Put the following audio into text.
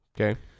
Okay